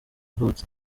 avutse